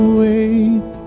wait